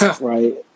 right